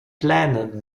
plaine